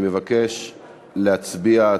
אני מבקש להצביע.